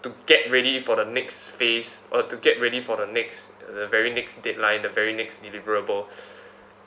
to get ready for the next phase or to get ready for the next the very next deadline the very next deliverable